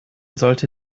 sollte